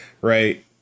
right